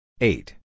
Eight